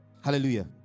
Hallelujah